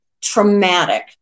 traumatic